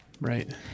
Right